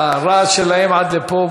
הרעש שלהם עד לפה,